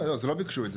לא, לא ביקשו את זה.